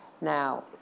now